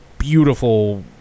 beautiful